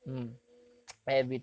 mm